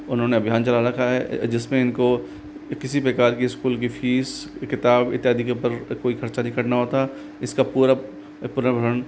उन्होंने अभियान चला रखा है जिसमें इनको किसी प्रकार की इस्कूल की फ़ीस किताब इत्यादि के ऊपर कोई खर्चा नहीं करना होता इसका पूरा प्रवरण